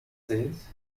says